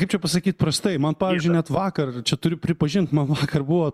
kaip čia pasakyt prastai man pavyzdžiui net vakar čia turiu pripažint man vakar buvo